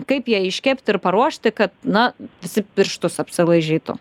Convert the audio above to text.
kaip ją iškepti ir paruošti kad na visi pirštus apsilaižytų